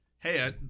Hey